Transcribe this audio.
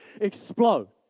explode